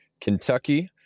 Kentucky